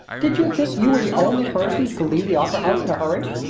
did you think you were the only person who could leave the opera house in a hurry?